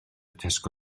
tesco